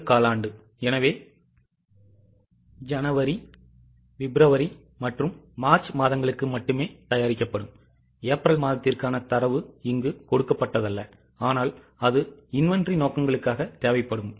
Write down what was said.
முதல் காலாண்டு எனவே ஜனவரி பிப்ரவரி மற்றும் மார்ச் மாதங்களுக்கு மட்டுமே தயாரிக்கப்படும் ஏப்ரல் மாதத்திற்கான தரவு இங்கு கொடுக்கப்பட்டதல்ல ஆனால் அது சரக்கு நோக்கங்களுக்காக தேவைப்படும்